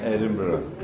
Edinburgh